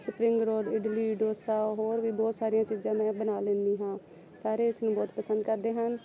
spring roll idli dosa ਹੋਰ ਵੀ ਬਹੁਤ ਸਾਰੀਆਂ ਚੀਜ਼ਾਂ ਮੈਂ ਬਣਾ ਲੈਂਦੀ ਹਾਂ ਸਾਰੇ ਇਸ ਨੂੰ ਬਹੁਤ ਪਸੰਦ ਕਰਦੇ ਹਨ